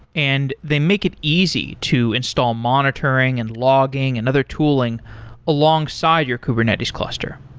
and they make it easy to install monitoring and logging and other tooling alongside your kubernetes cluster.